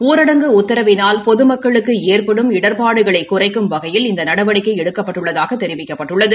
ஊரடங்கு உத்தரவினால் பொதுமக்களுக்கு ஏற்பாடும் இடாபாடுகளை குறைக்கும் வகையில் இந்த நடவடிக்கை எடுக்கப்பட்டுள்ளதாக தெரிவிக்கப்பட்டுள்ளது